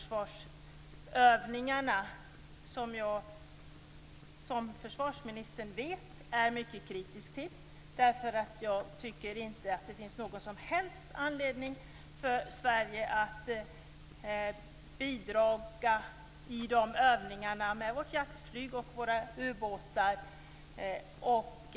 Som försvarsministern vet är jag mycket kritisk till dessa försvarsövningar. Jag tycker nämligen inte att det finns någon som helst anledning för Sverige att bidra med vårt jaktflyg och våra ubåtar i dessa övningar.